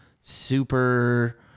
super